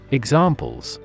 examples